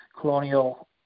colonial